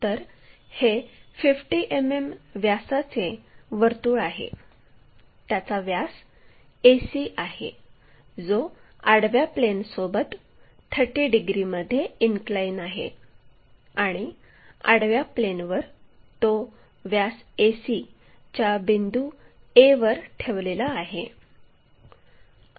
तर हे 50 मिमी व्यासाचे वर्तुळ आहे त्याचा व्यास AC आहे जो आडव्या प्लेनसोबत 30 डिग्रीमध्ये इनक्लाइन आहे आणि आडव्या प्लेनवर तो व्यास AC च्या बिंदू A वर ठेवलेला आहे